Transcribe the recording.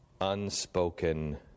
unspoken